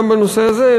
גם בנושא הזה,